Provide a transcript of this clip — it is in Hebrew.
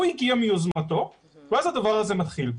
הוא הגיע מיוזמתו ואז הדבר הזה מתחיל.